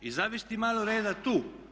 I zavesti malo reda tu.